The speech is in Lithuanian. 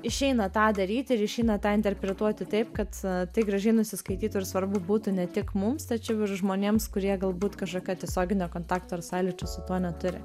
išeina tą daryti ir išeina tąi interpretuoti taip kad tai gražiai nusiskaitytų ir svarbu būtų ne tik mums tačiau ir žmonėms kurie galbūt kažkokio tiesioginio kontakto ar sąlyčio su tuo neturi